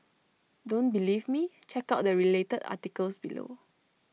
don't believe me check out the related articles below